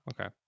okay